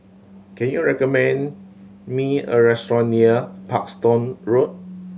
can you recommend me a restaurant near Parkstone Road